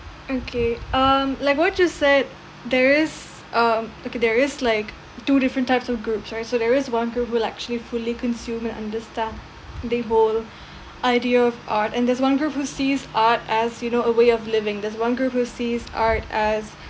okay um like what you said there is um okay there is like two different types of groups right so there is one group will actually fully consume and understand the whole idea of art and there's one group who sees art as you know a way of living there's one group who sees art as